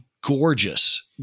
gorgeous